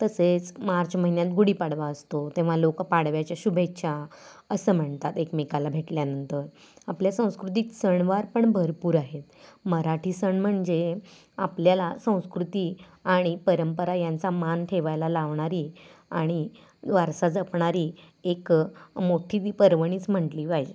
तसेच मार्च महिन्यात गुढीपाडवा असतो तेव्हा लोक पाडव्याच्या शुभेच्छा असं म्हणतात एकमेकाला भेटल्यानंतर आपल्या संस्कृतीत सणवार पण भरपूर आहेत मराठी सण म्हणजे आपल्याला संस्कृती आणि परंपरा यांचा मान ठेवायला लावणारी आणि वारसा जपणारी एक मोठी ती पर्वणीच म्हटली पाहिजे